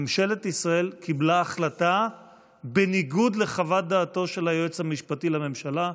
ממשלת ישראל קיבלה החלטה בניגוד לחוות דעתו של היועץ המשפטי לממשלה.